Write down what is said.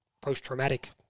post-traumatic